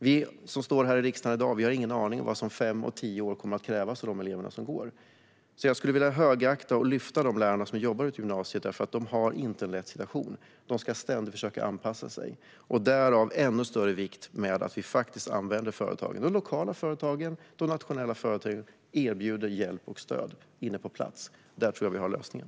Vi som står här i riksdagen i dag har ingen aning om vad som kommer att krävas av eleverna om fem eller tio år. Jag högaktar och vill lyfta fram de lärare som jobbar i gymnasiet, för de har inte en lätt situation. De ska ständigt försöka anpassa sig. Det är därför av ännu större vikt att vi faktiskt använder oss av de lokala och nationella företagen, som erbjuder hjälp och stöd på plats. Där tror jag att vi har lösningen.